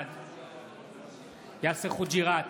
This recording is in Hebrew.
בעד יאסר חוג'יראת,